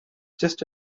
just